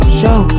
show